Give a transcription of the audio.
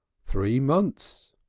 three munce,